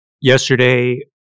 Yesterday